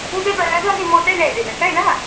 त्यतिबेला चाहिँ अलि मोटै ल्याइदिनु होस् है ल